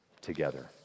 together